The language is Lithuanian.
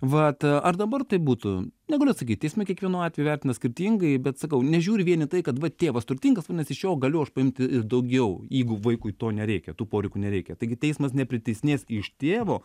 vat ar dabar taip būtų negaliu atsakyt teismai kiekvienu atveju vertina skirtingai bet sakau nežiūri vien į tai kad vat tėvas turtingas vadinas iš jo galiu aš paimti ir daugiau jeigu vaikui to nereikia tų poreikių nereikia taigi teismas nepriteisinės iš tėvo